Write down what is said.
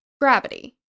gravity